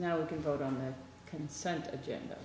now can vote on their consent agenda